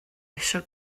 eisiau